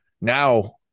now